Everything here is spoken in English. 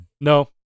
No